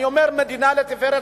אני אומר: מדינה לתפארת,